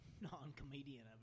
non-comedian